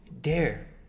Dare